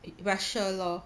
in russia lor